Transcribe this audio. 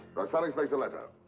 roxane expects a letter.